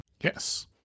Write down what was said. Yes